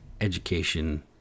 education